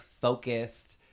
focused